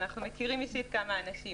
אנחנו מכירים אישית כמה אנשים,